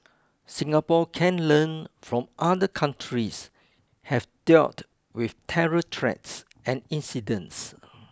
Singapore can learn from other countries have dealt with terror threats and incidents